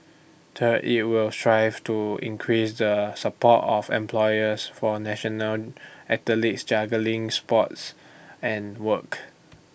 third IT will strive to increase the support of employers for national athletes juggling sports and work